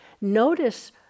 notice